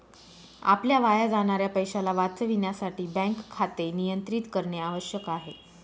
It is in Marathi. आपल्या वाया जाणाऱ्या पैशाला वाचविण्यासाठी बँक खाते नियंत्रित करणे आवश्यक आहे